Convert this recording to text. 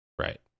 Right